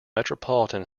metropolitan